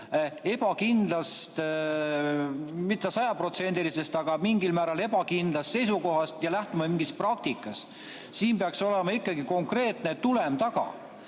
ebakindlast, aga mingil määral ebakindlast – seisukohast ja me lähtume mingist praktikast. Siin peaks olema ikkagi konkreetne tulem taga.